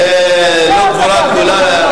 זה לא גבורה גדולה.